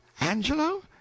Angelo